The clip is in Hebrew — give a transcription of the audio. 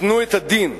ייתנו את הדין.